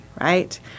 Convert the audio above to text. right